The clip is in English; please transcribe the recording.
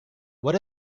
what